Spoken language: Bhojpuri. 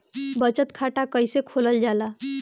बचत खाता कइसे खोलल जाला?